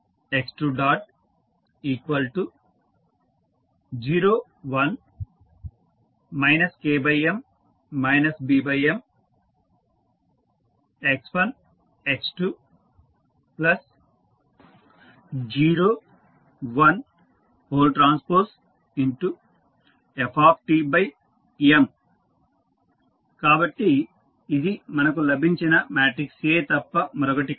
x1 x2 0 1 KM BM x1 x2 0 1 TfM కాబట్టి ఇది మనకు లభించిన మ్యాట్రిక్స్ A తప్ప మరొకటి కాదు